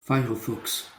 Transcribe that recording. firefox